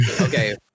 okay